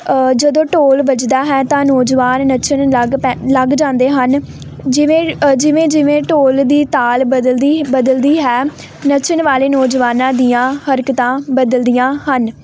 ਜਦੋਂ ਢੋਲ ਵੱਜਦਾ ਹੈ ਤਾਂ ਨੌਜਵਾਨ ਨੱਚਣ ਲੱਗ ਪੈ ਲੱਗ ਜਾਂਦੇ ਹਨ ਜਿਵੇਂ ਅ ਜਿਵੇਂ ਜਿਵੇਂ ਢੋਲ ਦੀ ਤਾਲ ਬਦਲਦੀ ਬਦਲਦੀ ਹੈ ਨੱਚਣ ਵਾਲੇ ਨੌਜਵਾਨਾਂ ਦੀਆਂ ਹਰਕਤਾਂ ਬਦਲਦੀਆਂ ਹਨ